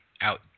out